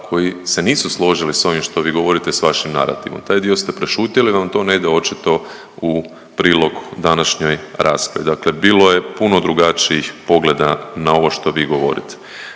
koji se nisu složili s ovim što vi govorite, s vašim narativom. Taj dio ste prešutjeli jer vam to ne ide očito u prilog današnjoj raspravi. Dakle, bilo je puno drugačijih pogleda na ovo što vi govorite.